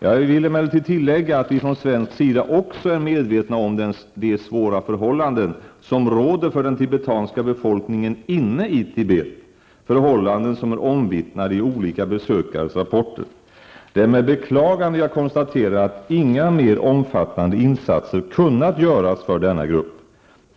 Jag vill emellertid tillägga att vi från svensk sida också är medvetna om de svåra förhållanden som råder för den tibetanska befolkningen inne i Tibet, förhållanden som är omvittnade i olika besökares rapporter. Det är med beklagande jag konstaterar att inga mer omfattande insatser kunnat göras för denna grupp.